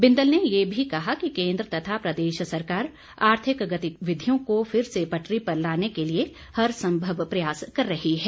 बिंदल ने ये भी कहा कि केन्द्र तथा प्रदेश सरकार आर्थिक गतिविधियों को फिर से पटरी पर लाने के लिए हर सम्भव प्रयास कर रही है